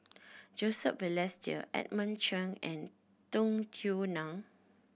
Joseph Balestier Edmund Chen and Tung Yue Nang